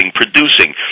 producing